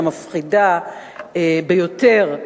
המפחידה ביותר,